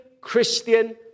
Christian